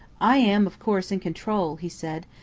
i am, of course, in control, he said,